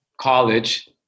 college